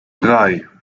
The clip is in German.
drei